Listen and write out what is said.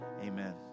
Amen